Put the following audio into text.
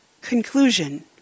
Conclusion